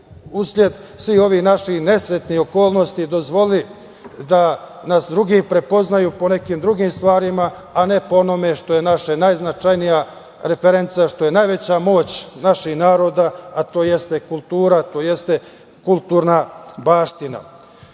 usled svih ovih naših nesretnih okolnosti dozvolili da nas drugi prepoznaju po nekim drugim stvarima, a ne po onome što je naša najznačajnija referenca, što je najveća moć naših naroda, a to jeste kultura, to jeste kulturna baština. Zato